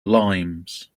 limes